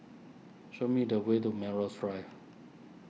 show me the way to Melrose Drive